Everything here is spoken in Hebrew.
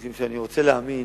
משום שאני רוצה להאמין